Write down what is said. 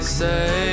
say